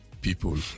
people